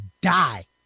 die